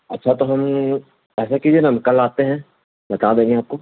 اچھا تو ہم یہ ایسے کیجیے نا ہم کل آتے ہیں بتا دیں گے آپ کو